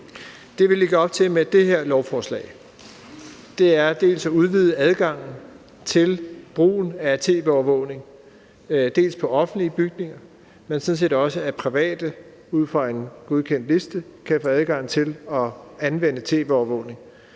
som vi lægger op til med det her lovforslag, er at udvide adgangen til brugen af tv-overvågning, både på offentlige bygninger, men sådan set også, at private ud fra en godkendt liste kan få adgang til at anvende tv-overvågning